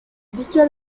dicha